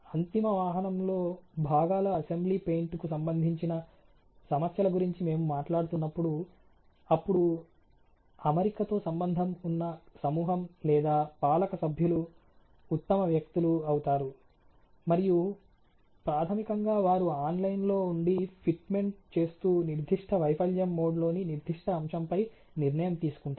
అంతిమ వాహనంలో భాగాల అసెంబ్లీ పెయింట్కు సంబంధించిన సమస్యల గురించి మేము మాట్లాడుతున్నప్పుడు అప్పుడు అమరికతో సంబంధం ఉన్న సమూహం లేదా పాలక సభ్యులు ఉత్తమ వ్యక్తులు అవుతారు మరియు ప్రాథమికంగా వారు ఆన్లైన్లో ఉండి ఫిట్మెంట్ చేస్తూ నిర్దిష్ట వైఫల్యం మోడ్లోని నిర్దిష్ట అంశంపై నిర్ణయం తీసుకుంటారు